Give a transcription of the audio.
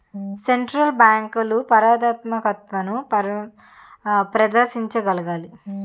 central బ్యాంకులు పారదర్శకతను ప్రదర్శించగలగాలి